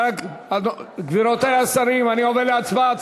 רבותי השרים, אני עובר להצבעה.